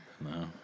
No